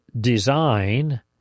design